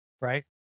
Right